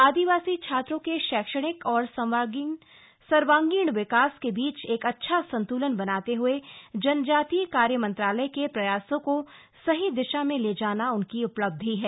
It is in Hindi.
आदिवासी छात्रों के शैक्षणिक और सर्वागीण विकास के बीच एक अच्छा संतुलन बनाते हुए जनजातीय कार्य मंत्रालय के प्रयासों को सही दिशा में ले जाना उनकी उपलब्धि है